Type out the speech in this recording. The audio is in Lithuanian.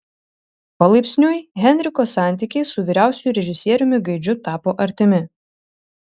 palaipsniui henriko santykiai su vyriausiuoju režisieriumi gaidžiu tapo artimi